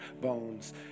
bones